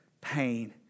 Pain